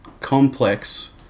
complex